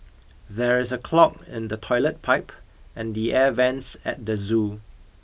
there is a clog in the toilet pipe and the air vents at the zoo